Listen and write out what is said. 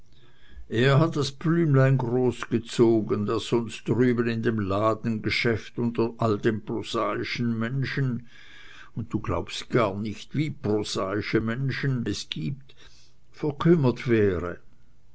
der hat das blümlein großgezogen das sonst drüben in dem ladengeschäft unter all den prosaischen menschen und du glaubst gar nicht wie prosaische menschen es gibt verkümmert wäre